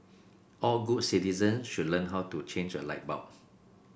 all good citizen should learn how to change a light bulb